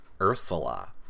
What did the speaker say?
Ursula